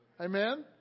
Amen